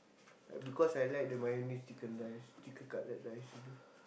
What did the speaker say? like because I like the mayonnaise chicken rice chicken cutlet rice